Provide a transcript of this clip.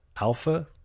Alpha